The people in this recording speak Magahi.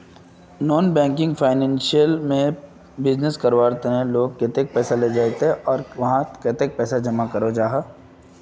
नॉन बैंकिंग फाइनेंशियल से लोग बिजनेस करवार केते पैसा लिझे ते वहात कुंसम करे पैसा जमा करो जाहा?